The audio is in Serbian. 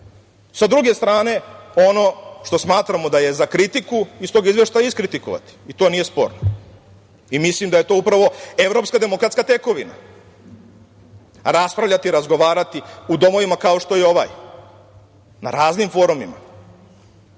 Sa druge strane ono što smatramo da je za kritiku iz tog izveštaja iskritikovati. To nije sporno. Mislim da je to upravo evropska demokratska tekovina, raspravljati, razgovarati u domovima kao što je ovaj. Na raznim forumima.